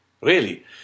Really